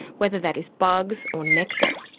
whether that is bugs or nectar.